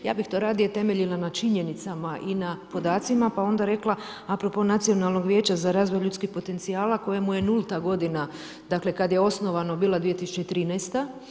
Ja bih to radije temeljila na činjenicama i na podacima, pa onda rekla a propos Nacionalnog vijeća za razvoj ljudskih potencijala kojemu je nulta godina, dakle kad je osnovano bila 2013.